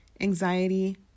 anxiety